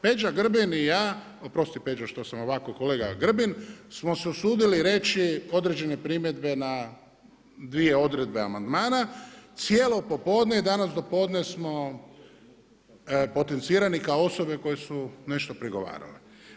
Peđa Grbin i ja, oprosti Peđa što sam ovako, kolega Grbin, smo se usudili reći određene primjedbe na dvije odredbe amandmana, cijelo popodne i danas dopodne smo potencirani kao osobe koje su nešto prigovarale.